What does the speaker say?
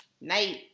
Night